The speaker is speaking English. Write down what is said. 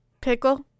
Pickle